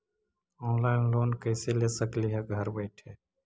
Online loan कैसे ले सकली हे घर बैठे?